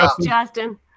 Justin